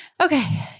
Okay